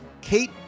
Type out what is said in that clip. Kate